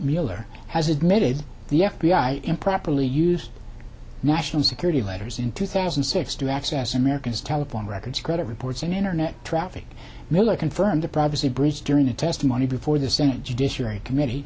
mueller has admitted the f b i improperly used national security letters in two thousand and six to access americans telephone records credit reports and internet traffic miller confirmed the privacy bruce during the testimony before the senate judiciary committee